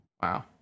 Wow